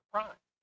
Prime